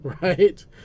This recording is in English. right